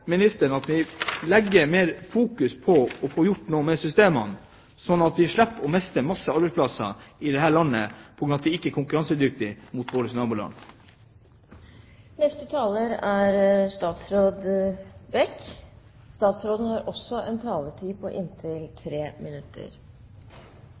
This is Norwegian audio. ministeren at vi har mer fokus på å få gjort noe med systemene, sånn at vi slipper å miste masse arbeidsplasser i dette landet på grunn av at vi ikke er konkurransedyktige i forhold til våre naboland. Siden representanten Trældal tar opp grensehandelen spesielt i sitt andre innlegg, vil jeg også